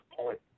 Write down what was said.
point